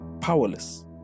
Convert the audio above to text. powerless